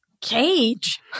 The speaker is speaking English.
cage